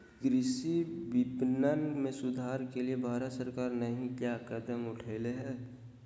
कृषि विपणन में सुधार के लिए भारत सरकार नहीं क्या कदम उठैले हैय?